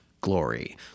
glory